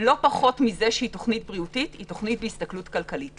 לא פחות מזה שהיא תוכנית בריאותית היא תוכנית בהסתכלות כלכלית.